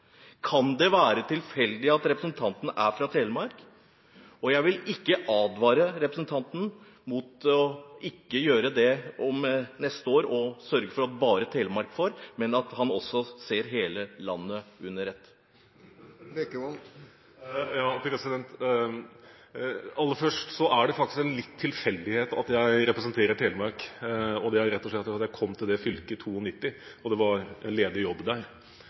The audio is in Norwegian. Kan det være tilfeldig at representanten er fra Telemark? Jeg vil advare representanten mot til neste år å sørge for at bare Telemark får, men at han ser hele landet under ett. Aller først: Det er litt en tilfeldighet at jeg representerer Telemark, det er rett og slett det at jeg kom til det fylket i 1992, da det var ledig jobb der.